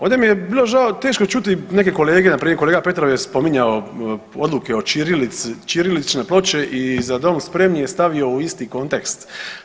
Ovdje mi je bilo žao, teško čuti neke kolege npr. kolega Petrov je spominjao odluke o ćirilici, ćirilične ploče i „za dom spremni“ je stavio u isti kontekst.